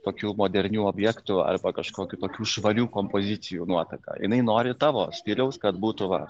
tokių modernių objektų arba kažkokių tokių švarių kompozicijų nuotaka jinai nori tavo stiliaus kad būtų va